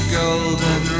golden